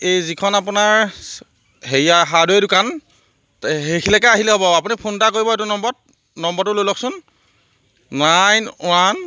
এই যিখন আপোনাৰ হেৰিয়া হাৰ্ডৱেৰ দোকান সেইখিনিলৈকে আহিলে হ'ব আপুনি ফোন এটা কৰিব এইটো নম্বৰত নম্বৰটো লৈ লওকচোন নাইন ওৱান